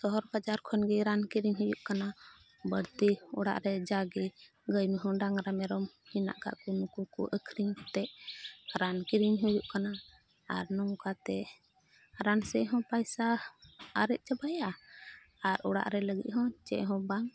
ᱥᱚᱦᱚᱨ ᱵᱟᱡᱟᱨ ᱠᱷᱚᱱ ᱜᱮ ᱨᱟᱱ ᱠᱤᱨᱤᱧ ᱦᱩᱭᱩᱜ ᱠᱟᱱᱟ ᱵᱟᱹᱲᱛᱤ ᱚᱲᱟᱜ ᱨᱮ ᱡᱟᱜᱮ ᱜᱟᱹᱭ ᱢᱚᱦᱚᱰᱟᱝ ᱨᱮ ᱢᱮᱨᱚᱢ ᱢᱮᱱᱟᱜ ᱠᱟᱜ ᱠᱤᱱᱟ ᱩᱱᱠᱩ ᱟᱹᱠᱷᱨᱤᱧ ᱠᱟᱛᱮ ᱨᱟᱱ ᱠᱤᱨᱤᱧ ᱦᱩᱭᱩᱜ ᱠᱟᱱᱟ ᱟᱨ ᱱᱚᱝᱠᱟᱛᱮ ᱨᱟᱱ ᱥᱮᱫ ᱦᱚᱸ ᱯᱚᱭᱥᱟ ᱟᱨᱮᱡ ᱪᱟᱵᱟᱭᱟ ᱟᱨ ᱚᱲᱟᱜ ᱨᱮ ᱞᱟᱹᱜᱤᱫ ᱦᱚᱸ ᱪᱮᱫ ᱦᱚᱸ ᱵᱟᱝ